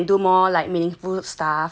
so I can do more like meaningful stuff